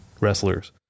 wrestlers